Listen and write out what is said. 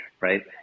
Right